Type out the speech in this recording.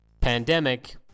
pandemic